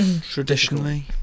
Traditionally